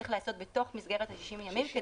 עיכוב ההליכים צריך להיעשות בתוך מסגרת 60 הימים.